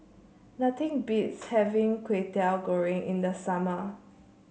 nothing beats having Kwetiau Goreng in the summer